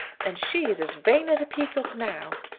and she's as vain as a peacock now.